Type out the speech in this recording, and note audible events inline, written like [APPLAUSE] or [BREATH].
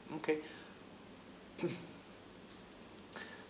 okay [COUGHS] [BREATH]